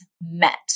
met